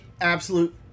absolute